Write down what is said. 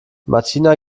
martina